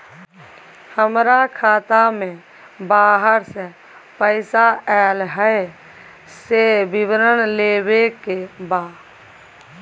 हमरा खाता में बाहर से पैसा ऐल है, से विवरण लेबे के बा?